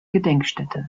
gedenkstätte